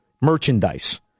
merchandise